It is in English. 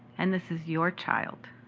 and this is your child.